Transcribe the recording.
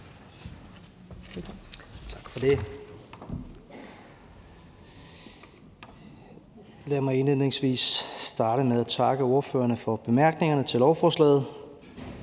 starte med at takke ordførerne for bemærkningerne til lovforslaget.